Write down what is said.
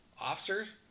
officers